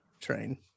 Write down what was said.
train